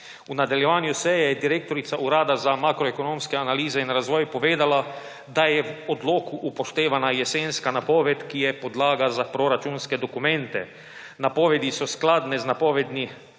V nadaljevanju seje je direktorica Urada za makroekonomske analize in razvoj povedala, da je v odloku upoštevana jesenska napoved, ki je podlaga za proračunske dokumente. Napovedi so skladne z napovedmi